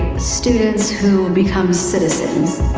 students who become citizens.